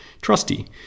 trusty